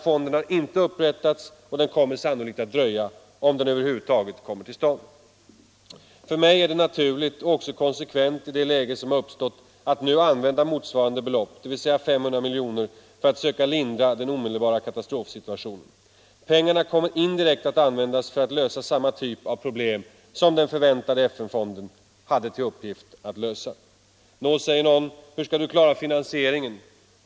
Fonden har inte upprättats, och den kommer sannolikt att dröja, om den över huvud taget kommer till stånd. För mig är det naturligt och också konsekvent i det läge som har uppstått att nu använda motsvarande belopp, dvs. 500 miljoner, för att söka lindra den omedelbara katastrofsituationen. Pengarna skulle indirekt användas för att lösa samma typ av problem som den förväntade FN-fonden skulle lösa. Nå, säger någon, hur skall du klara finansieringen?